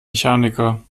mechaniker